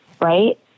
right